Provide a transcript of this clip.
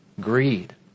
Greed